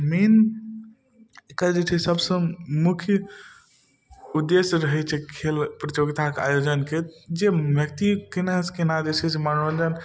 मेन एकर जे छै से सबसँ मुख्य उद्देश्य रहै छै खेल प्रतियोगिताके आयोजनके जे व्यक्ति कोना से कोना जे छै से मनोरञ्जन